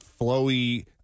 flowy